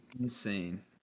Insane